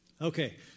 Okay